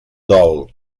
dol